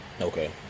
Okay